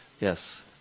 Yes